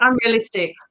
unrealistic